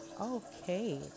Okay